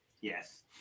Yes